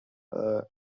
meadows